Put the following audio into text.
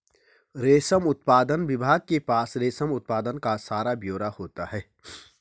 रेशम उत्पादन विभाग के पास रेशम उत्पादन का सारा ब्यौरा होता है